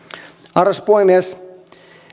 arvoisa puhemies